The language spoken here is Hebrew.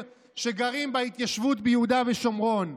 שגרים בהתיישבות ביהודה ושומרון,